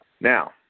Now